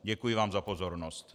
Děkuji vám za pozornost.